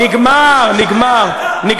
וואלכ, אתה, חלאס, טלב, חלאס.